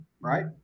right